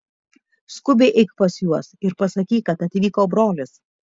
skubiai eik pas juos ir pasakyk kad atvyko brolis